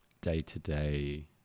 day-to-day